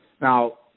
Now